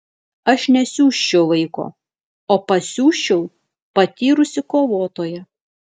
aš nesiųsčiau vaiko o pasiųsčiau patyrusį kovotoją